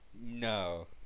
no